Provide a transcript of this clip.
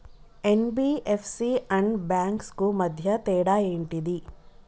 NBFC and banks కు మధ్య తేడా ఏంటిది?